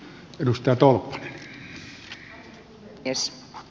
arvoisa puhemies